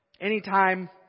Anytime